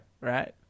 Right